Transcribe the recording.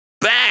back